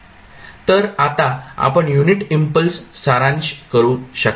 तर आता आपण युनिट इम्पल्स सारांश करू शकता